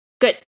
Good